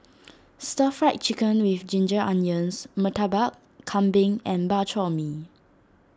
Stir Fried Chicken with Ginger Onions Murtabak Kambing and Bak Chor Mee